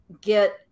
get